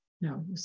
no